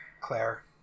Claire